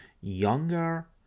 younger